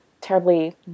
terribly